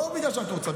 לא בגלל שאת רוצה,